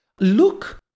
Look